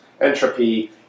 entropy